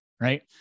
right